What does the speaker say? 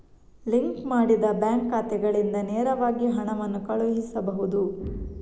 link ಮಾಡಿದ bank ಖಾತೆಗಳಿಂದ ನೇರವಾಗಿ ಹಣವನ್ನು ಕಳುಹಿಸಬಹುದು